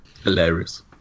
hilarious